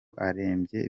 arembye